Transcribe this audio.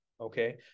okay